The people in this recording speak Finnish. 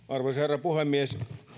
arvoisa herra puhemies